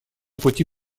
пути